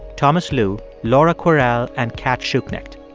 thomas lu, laura kwerel and cat schuknecht.